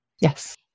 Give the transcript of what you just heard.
Yes